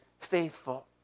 faithful